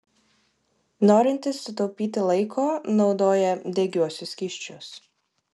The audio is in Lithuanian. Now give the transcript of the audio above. norintys sutaupyti laiko naudoja degiuosius skysčius